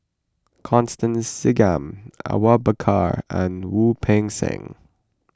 Constance Singam Awang Bakar and Wu Peng Seng